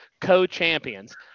co-champions